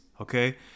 okay